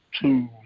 two